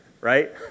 Right